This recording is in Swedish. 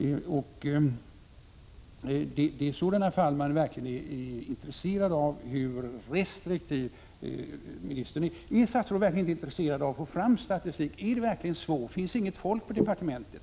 I sådana fall är man verkligen intresserad av hur restriktiv regeringen är. Ärstatsrådet verkligen inte intresserad av att få fram statistiken? Finns det inget folk på departementet?